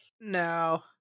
No